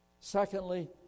Secondly